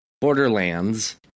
Borderlands